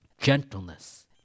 gentleness